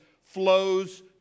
flows